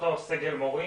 אותו סגל מורים.